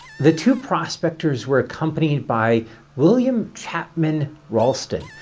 the two prospectors were accompanied by william chapman ralston,